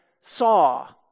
saw